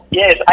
yes